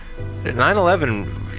9-11